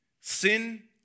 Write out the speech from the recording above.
sin